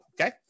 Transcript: okay